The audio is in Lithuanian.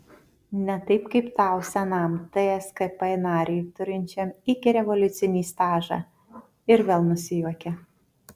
ne taip kaip tau senam tskp nariui turinčiam ikirevoliucinį stažą ir vėl nusijuokė